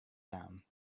down